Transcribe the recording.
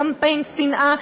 קמפיין שנאה,